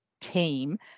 team